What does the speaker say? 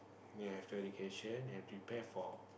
you have to education and prepare for